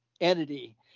entity